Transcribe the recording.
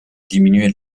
diminuer